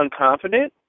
unconfident